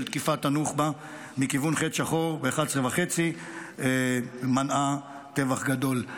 תקיפת הנוח'בה מכיוון חץ שחור ב-11:30 מנעה טבח גדול.